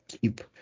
keep